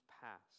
past